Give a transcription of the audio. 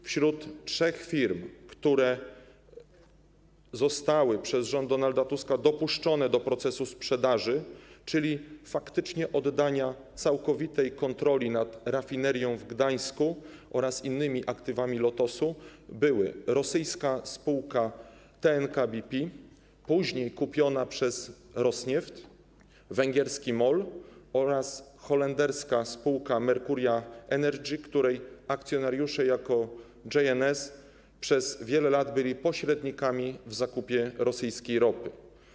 Wśród trzech firm, które zostały przez rząd Donalda Tuska dopuszczone do procesu sprzedaży, czyli faktycznie oddania całkowitej kontroli nad rafinerią w Gdańsku oraz innymi aktywami Lotosu, były: rosyjska spółka TNK-BP, później kupiona przez Rosnieft, węgierski MOL oraz holenderska spółka Mercuria Energy, której akcjonariusze jako J&S przez wiele lat byli pośrednikami w zakupie rosyjskiej ropy.